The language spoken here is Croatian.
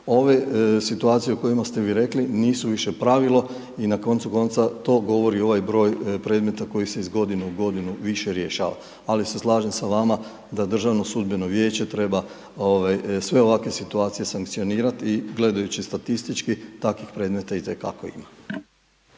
Ove situacije o kojima ste vi rekli, nisu više pravilo i na koncu konca to govori i ovaj broj predmeta koji se iz godine u godinu više rješava. Ali se slažem s vama da Državno sudbeno vijeće treba sve ovakve situacije sankcionirati i gledajući statistički, takvih predmeta itekako ima.